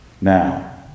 Now